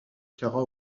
kara